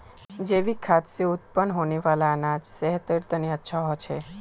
जैविक खाद से उत्पन्न होने वाला अनाज सेहतेर तने अच्छा होछे